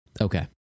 Okay